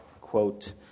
quote